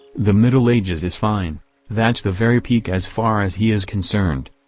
the middle ages is fine that's the very peak as far as he is concerned.